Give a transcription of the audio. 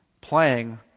...playing